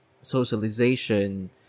socialization